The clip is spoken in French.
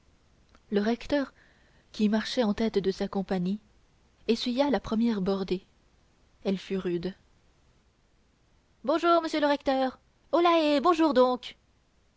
le recteur qui marchait en tête de sa compagnie essuya la première bordée elle fut rude bonjour monsieur le recteur holàhée bonjour donc